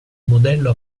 modello